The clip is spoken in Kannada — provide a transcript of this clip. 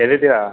ಎಲ್ಲಿದ್ದೀರಾ